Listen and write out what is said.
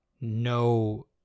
no